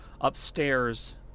upstairs